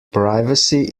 privacy